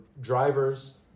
drivers